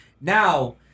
Now